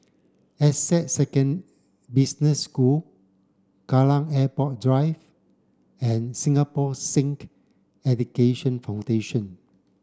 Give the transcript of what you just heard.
Essec second Business School Kallang Airport Drive and Singapore Sikh Education Foundation